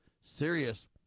serious